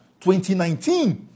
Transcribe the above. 2019